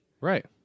Right